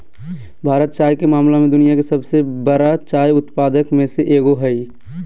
भारत चाय के मामला में दुनिया के सबसे बरा चाय उत्पादक में से एगो हइ